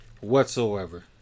Whatsoever